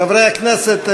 חברי הכנסת,